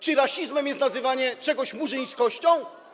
Czy rasizmem jest nazywanie czegoś murzyńskością?